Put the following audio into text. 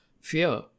fear